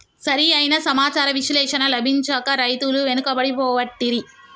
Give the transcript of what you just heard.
సరి అయిన సమాచార విశ్లేషణ లభించక రైతులు వెనుకబడి పోబట్టిరి